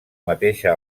mateixa